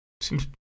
Seems